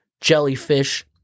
jellyfish